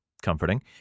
comforting